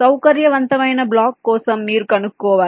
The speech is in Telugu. సౌకర్యవంతమైన బ్లాక్ కోసం మీరు కనుక్కోవాలి